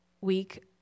week